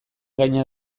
gaina